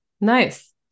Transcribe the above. nice